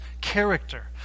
character